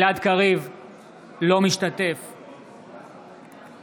אינו משתתף בהצבעה